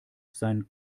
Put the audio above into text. sein